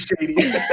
shady